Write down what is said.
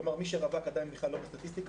כלומר מי שהוא רווק עדיין בכלל לא מופיע בסטטיסטיקה,